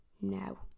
no